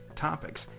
topics